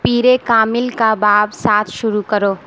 پیرِ کامل کا باب سات شروع کرو